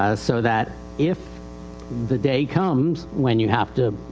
ah so that if the day comes when you have to,